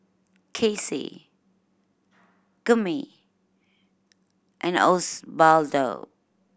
Kacey Gurney and Osbaldo